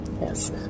Yes